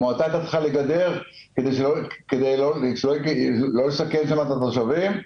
כשהמועצה הייתה צריכה לגדר את המקום כדי לא לסכן את התושבים,